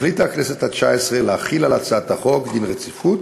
החליטה הכנסת התשע-עשרה להחיל על הצעת החוק דין רציפות